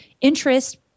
interest